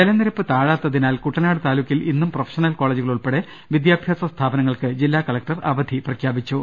ജലനിരപ്പ് താഴാത്തതിനാൽ കുട്ടനാട് താലൂക്കിൽ ഇന്നും പ്രൊഫഷണൽ കോളേജുകൾ ഉൾപ്പെടെ വിദ്യാഭ്യാസ സ്ഥാപ നങ്ങൾക്ക് ജില്ലാ കലക്ടർ അവധി പ്രഖ്യാപിച്ചു